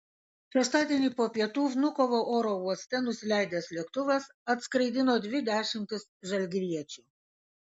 šeštadienį po pietų vnukovo oro uoste nusileidęs lėktuvas atskraidino dvi dešimtis žalgiriečių